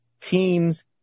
teams